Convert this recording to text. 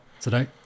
today